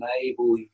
enable